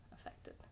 affected